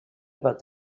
about